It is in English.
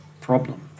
problem